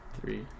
Three